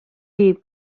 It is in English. leave